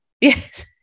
Yes